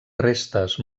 restes